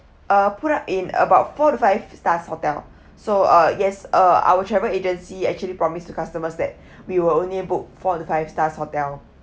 uh put up in about four to five stars hotel so uh yes uh our travel agency actually promise to customers that we will only book four to five stars hotel